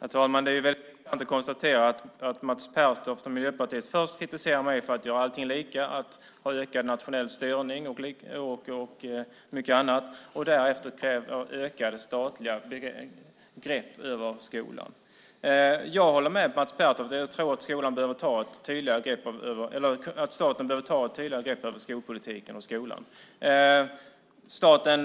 Herr talman! Det är bara att konstatera att Mats Pertoft från Miljöpartiet kritiserar mig för att göra allting lika, att ha ökad nationell styrning och mycket annat och därefter för att vilja ha ett ökat statligt grepp över skolan. Jag håller med Mats Pertoft; jag tror att staten behöver ta ett tydligare grepp över skolpolitiken och skolan. Staten